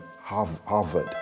Harvard